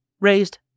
raised